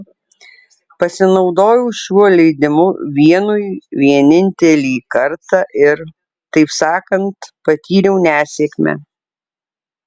pasinaudojau šiuo leidimu vienui vienintelį kartą ir taip sakant patyriau nesėkmę